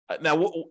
Now